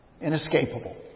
Inescapable